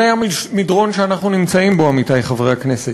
זה המדרון שאנחנו נמצאים בו, עמיתי חברי הכנסת,